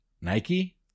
Nike